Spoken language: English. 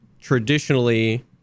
traditionally